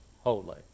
holy